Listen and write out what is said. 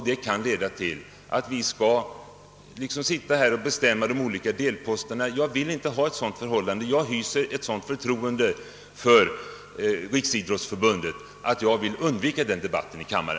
Det kan leda till att vi framdeles får sitta här och bestämma om de olika delposterna. Jag vill inte ha ett sådant förhållande; jag hyser ett sådant förtroende för Riksidrottsförbundet att jag vill undvika en sådan debatt i denna kammare.